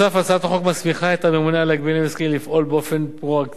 הצעת החוק מסמיכה את הממונה על ההגבלים העסקיים לפעול באופן פרואקטיבי